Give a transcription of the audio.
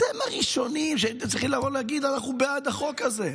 אתם הראשונים שהייתם צריכים לבוא ולהגיד: אנחנו בעד החוק הזה,